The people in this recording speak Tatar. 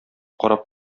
карап